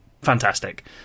fantastic